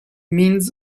means